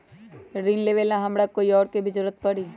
ऋन लेबेला हमरा कोई और के भी जरूरत परी?